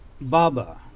Baba